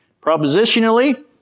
propositionally